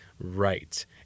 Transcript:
right